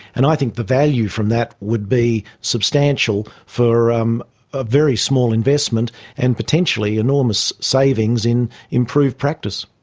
and i think the value from that would be substantial for um a very small investment and potentially enormous savings in improved practice.